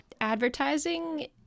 advertising